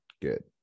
good